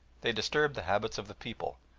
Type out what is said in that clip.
they disturbed the habits of the people,